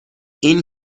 این